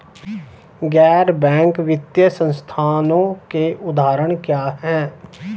गैर बैंक वित्तीय संस्थानों के उदाहरण क्या हैं?